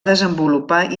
desenvolupar